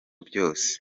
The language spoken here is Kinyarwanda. byose